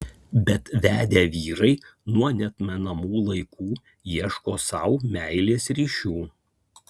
bet vedę vyrai nuo neatmenamų laikų ieško sau meilės ryšių